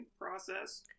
process